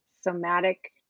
somatic